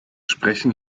sprechen